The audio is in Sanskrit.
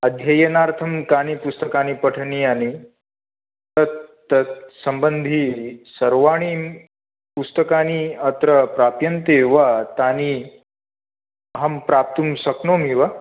अध्ययनार्थं कानि पुस्तकानि पठनीयानि तत् तत् सम्बन्धिसर्वाणि पुस्तकानि अत्र प्राप्यन्ते वा तानि अहं प्राप्तुं शक्नोमि वा